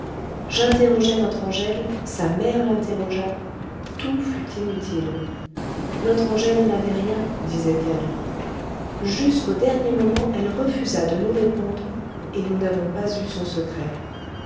j'interrogeai notre angèle sa mère l'interrogea tout fut inutile notre angèle n'avait rien disait-elle jusqu'au dernier moment elle refusa de nous répondre et nous n'avons pas eu son secret